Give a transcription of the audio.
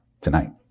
tonight